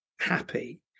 happy